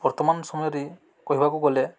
ବର୍ତ୍ତମାନ ସମୟରେ କହିବାକୁ ଗଲେ